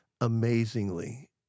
amazingly